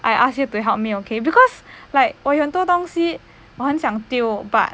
I ask you to help me okay because like 我有很多东西我很想丢 but